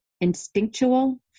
instinctual